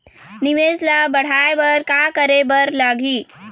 निवेश ला बड़हाए बर का करे बर लगही?